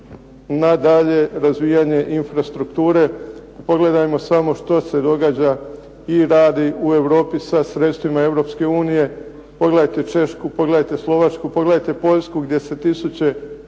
nadalje razvijanje infrastrukture. Pogledajmo samo što se događa i radi u Europi sa sredstvima Europske unije. Pogledajte Češku, pogledajte Slovačku, pogledajte Poljsku gdje se tisuće